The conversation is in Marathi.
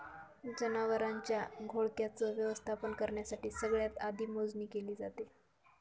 जनावरांच्या घोळक्याच व्यवस्थापन करण्यासाठी सगळ्यात आधी मोजणी केली जाते